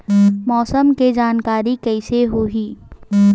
मौसम के जानकारी कइसे होही?